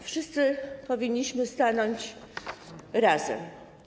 Wszyscy powinniśmy stanąć razem.